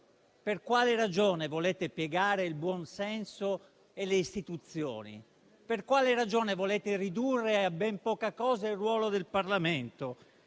Per quale ragione volete piegare il buon senso e le istituzioni? Per quale ragione volete ridurre a ben poca cosa il ruolo del Parlamento?